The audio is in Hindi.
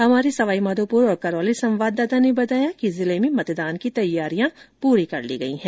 हमारे सवाईमाघोपुर और करौली संवाददाता ने बताया कि जिले में मतदान की तैयारियां पूरी कर ली गई है